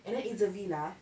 and then it's a villa